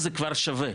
אז זה כבר שווה.